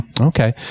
Okay